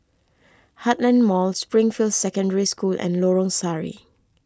Heartland Mall Springfield Secondary School and Lorong Sari